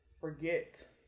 forget